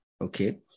Okay